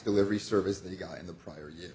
delivery service they guy in the prior